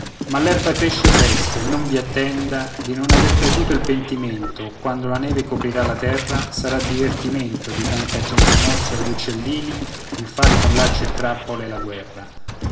dire mal'erba cresce presto e non vi attenda di non aver creduto il pentimento quando la neve coprirà la terra sarà divertimento di tanta gente in ozio agli uccellini il far con lacci e trappole la guerra